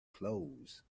clothes